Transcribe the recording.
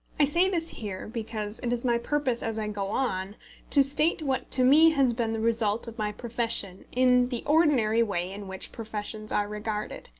i say this here, because it is my purpose as i go on to state what to me has been the result of my profession in the ordinary way in which professions are regarded,